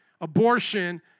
abortion